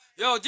yo